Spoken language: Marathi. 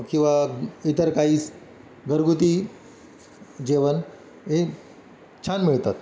किंवा इतर काही घरगुती जेवन हे छान मिळतात